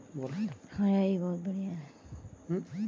universal bank से सम्बंधित सभी जानकारी इंटरनेट पर उपलब्ध है